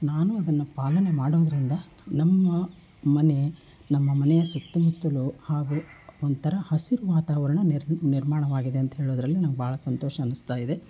ನಾನೂ ಅದನ್ನು ಪಾಲನೆ ಮಾಡೋದರಿಂದ ನಮ್ಮ ಮನೆ ನಮ್ಮ ಮನೆಯ ಸುತ್ತಮುತ್ತಲೂ ಹಾಗೂ ಒಂಥರ ಹಸಿರು ವಾತಾವರಣ ನಿರ್ಮಾಣವಾಗಿದೆ ಅಂತ ಹೇಳೋದರಲ್ಲಿ ನಂಗೆ ಭಾಳ ಸಂತೋಷ ಅನ್ನಿಸ್ತಾ ಇದೆ